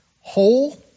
Whole